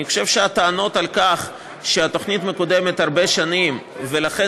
אני חושב שהטענות שהתוכנית מקודמת הרבה שנים ולכן